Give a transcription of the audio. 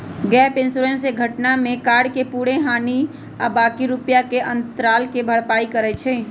gap insurance से घटना में कार के पूरे हानि आ बाँकी रुपैया के अंतराल के भरपाई करइ छै